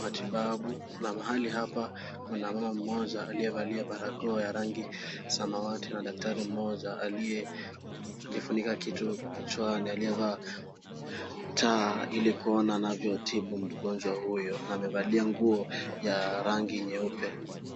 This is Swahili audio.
matibabu na mahali hapa kuna mama mmoja aliyevaalia barakoa ya rangi za mauati na daktari mmoja aliyejifunika kitu kichwani aliyevaa taa ili kuona anavyotibu mgonjwa huyo amevalia nguo ya rangi nyeupe.